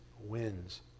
wins